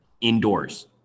indoors